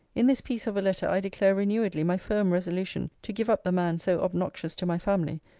in this piece of a letter i declare renewedly my firm resolution to give up the man so obnoxious to my family,